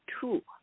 two